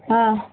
ஆ